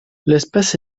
l’espace